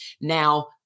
Now